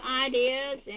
ideas